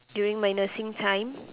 during my nursing time